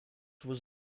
was